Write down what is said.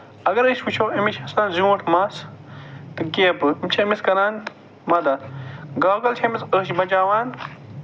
اَگر أسۍ وٕچھو أمِس چھُ آسان زِیوٗٹھ مَس تہٕ گٮ۪پہٕ تِم چھِ أمِس کران مدتھ گاگَل چھِ أمِس أچھ بَچاوان